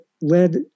led